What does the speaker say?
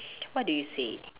what do you say